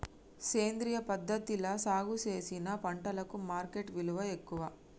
సేంద్రియ పద్ధతిలా సాగు చేసిన పంటలకు మార్కెట్ విలువ ఎక్కువ